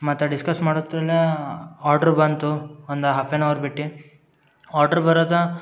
ಮತ್ತು ಡಿಸ್ಕಸ್ ಮಾಡೊತ್ತಲ್ಲಾ ಆರ್ಡ್ರ್ ಬಂತು ಒಂದು ಹಾಫ್ ಆ್ಯನ್ ಅವರ್ ಬಿಟ್ಟು ಆರ್ಡ್ರ್ ಬರೋದು